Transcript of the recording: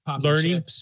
learning